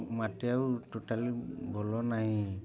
ମାଟି ଆଉ ଟୋଟାଲି ଭଲ ନାହିଁ